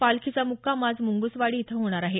पालखीचा मुक्काम आज मुंगसवाडी इथं होणार आहे